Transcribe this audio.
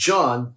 John